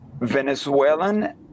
Venezuelan